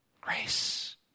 Grace